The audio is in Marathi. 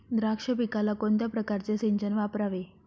द्राक्ष पिकाला कोणत्या प्रकारचे सिंचन वापरावे?